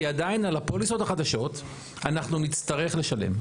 כי עדיין, על הפוליסות החדשות אנחנו נצטרך לשלם.